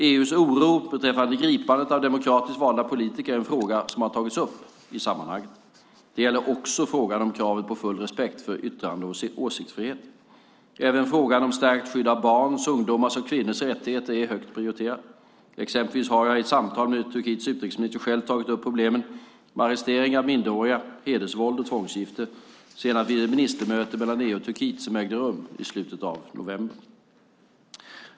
EU:s oro beträffande gripanden av demokratiskt valda politiker är en fråga som har tagits upp i sammanhanget. Det gäller också frågan om krav på full respekt för yttrande och åsiktsfrihet. Även frågan om stärkt skydd av barns, ungdomars och kvinnors rättigheter är högt prioriterad. Exempelvis har jag i samtal med Turkiets utrikesminister själv tagit upp problemen med arresteringar av minderåriga, hedersvåld och tvångsgifte, senast vid det ministermöte mellan EU och Turkiet som ägde rum i slutet av november.